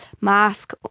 Mask